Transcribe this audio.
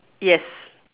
yes